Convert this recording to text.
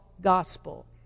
gospel